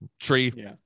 tree